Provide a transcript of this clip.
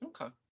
Okay